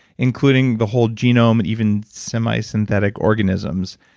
including the whole genome, and even semisynthetic organisms,